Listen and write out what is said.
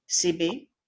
CB